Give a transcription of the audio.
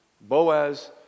Boaz